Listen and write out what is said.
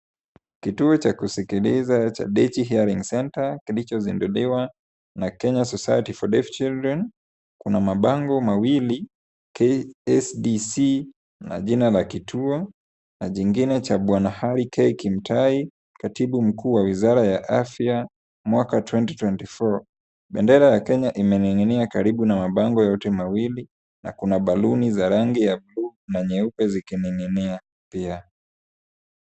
Kituo cha kusikiliza cha Deity Hearing Centre kilichozinduliwa na Kenya Society for Deaf Children. Kuna mabango mawili KSDC na jina la kituo na jingine cha bwana Harry K Kimutai, katibu mkuu wa wizara ya afya, mwaka 2024 . Bendera ya Kenya imening'inia karibu na mabango yote mawili, na kuna baloon za rangi ya blue na nyeupe zikining'inia pia.